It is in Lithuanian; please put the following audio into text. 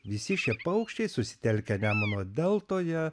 visi šie paukščiai susitelkę nemuno deltoje